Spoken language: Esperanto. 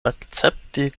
akcepti